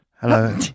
Hello